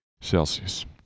Celsius